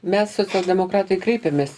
mes socialdemokratai kreipėmės